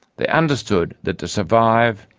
they understood that to survive,